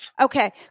Okay